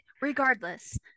regardless